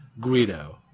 Guido